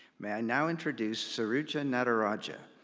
may i now introduce shaarujaa nadarajah,